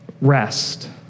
rest